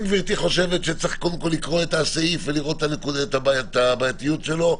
אם גברתי חושבת שצריך קודם כול לקרוא את הסעיף ולראות את הבעייתיות שלו,